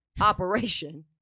operation